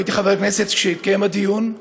לא הייתי חבר כנסת כשהתקיים הדיון,